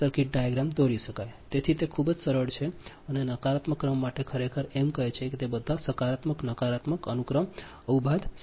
A 1 13 A conjugateT